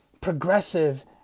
progressive